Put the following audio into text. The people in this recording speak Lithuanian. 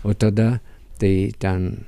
o tada tai ten